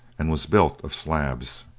and was built of slabs.